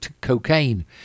cocaine